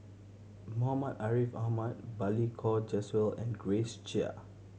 Muhammad Ariff Ahmad Balli Kaur Jaswal and Grace Chia